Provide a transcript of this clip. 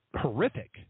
horrific